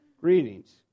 Greetings